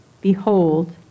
Behold